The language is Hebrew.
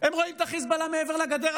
הם רואים את חיזבאללה מעבר לגדר.